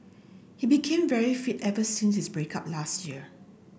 he became very fit ever since his break up last year